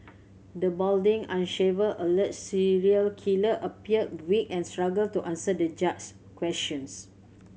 the balding unshaven alleged serial killer appeared weak and struggled to answer the judge questions